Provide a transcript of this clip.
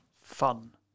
fun